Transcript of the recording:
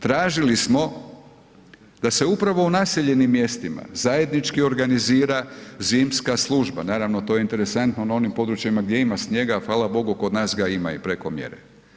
Tražili smo da se upravo u naseljenim mjestima zajednički organizira zimska služba, naravno to je interesantno na onim područjima gdje ima snijega, a hvala Bogu kod nas ga ima i preko mjere.